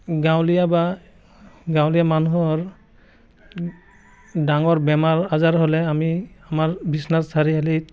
গাঁৱলীয়া বা গাঁৱলীয়া মানুহৰ ডাঙৰ বেমাৰ আজাৰ হ'লে আমি আমাৰ বিশ্বনাথ চাৰিআলিত